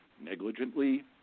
Negligently